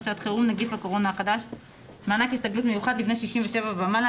שעת חירום (נגיף הקורונה החדש)(מענק הסתגלות מיוחד לבני 67 ומעלה),